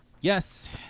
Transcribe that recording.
Yes